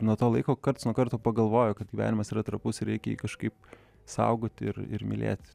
nuo to laiko karts nuo karto pagalvoju kad gyvenimas yra trapus ir reikia jį kažkaip saugoti ir ir mylėti